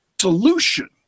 solution